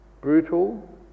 brutal